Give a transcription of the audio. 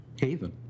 haven